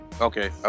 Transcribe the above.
Okay